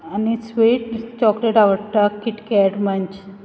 आनी sweet chocolate आवडटा KitKat मंच